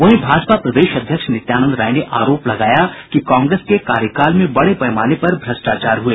वहीं भाजपा प्रदेश अध्यक्ष नित्यानंद राय ने आरोप लगाया कि कांग्रेस के कार्यकाल में बडे पैमाने पर भ्रष्टाचार हुए